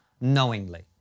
knowingly